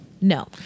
No